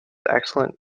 excellent